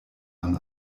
man